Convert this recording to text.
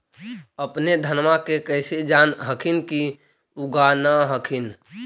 अपने धनमा के कैसे जान हखिन की उगा न हखिन?